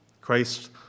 Christ